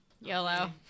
yellow